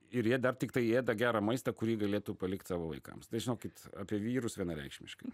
ir jie dar tiktai ėda gerą maistą kurį galėtų palikt savo vaikams tai žinokit apie vyrus vienareikšmiškai